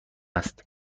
است